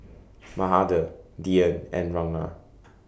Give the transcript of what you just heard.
Mahade Dhyan and Ranga